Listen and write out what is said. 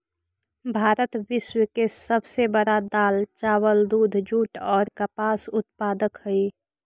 भारत विश्व के सब से बड़ा दाल, चावल, दूध, जुट और कपास उत्पादक हई